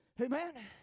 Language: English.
Amen